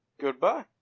Goodbye